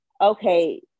okay